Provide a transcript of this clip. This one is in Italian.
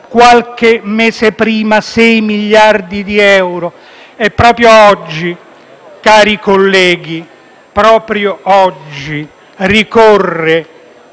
qualche mese prima, 6 miliardi di euro. Proprio oggi, cari colleghi, proprio oggi, ricorrono